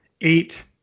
eight